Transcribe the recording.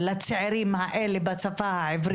אנחנו מבינים שצריכים לחשוב איך מתאימים תוכניות שלנו ליישובים,